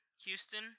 Houston